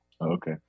Okay